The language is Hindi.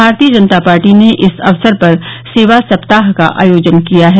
भारतीय जनता पार्टी ने इस अवसर पर सेवा सप्ताह का आयोजन किया है